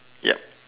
yep